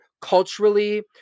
culturally